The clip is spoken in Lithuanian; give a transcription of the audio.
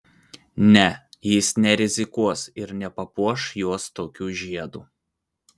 ne jis nerizikuos ir nepapuoš jos tokiu žiedu